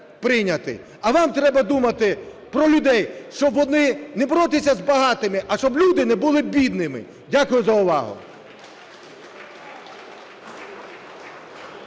А вам треба думати про людей, не боротися з багатими, а щоб люди не були бідними. Дякую за увагу.